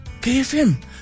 kfm